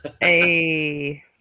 Hey